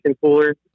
cooler